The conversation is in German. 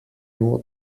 nur